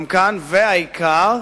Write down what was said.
והעיקר,